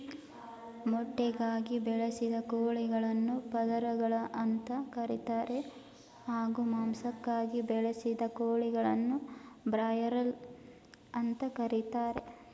ಮೊಟ್ಟೆಗಾಗಿ ಬೆಳೆಸಿದ ಕೋಳಿಗಳನ್ನು ಪದರಗಳು ಅಂತ ಕರೀತಾರೆ ಹಾಗೂ ಮಾಂಸಕ್ಕಾಗಿ ಬೆಳೆದ ಕೋಳಿಗಳನ್ನು ಬ್ರಾಯ್ಲರ್ ಅಂತ ಕರೀತಾರೆ